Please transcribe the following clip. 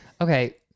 Okay